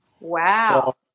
Wow